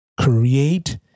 create